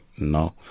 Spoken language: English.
no